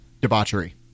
debauchery